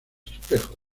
espejos